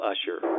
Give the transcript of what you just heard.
Usher